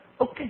Okay